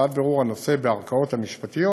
ועד בירור הנושא בערכאות המשפטיות